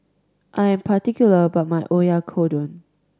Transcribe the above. I'm particular about my Oyakodon